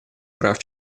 прав